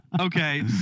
Okay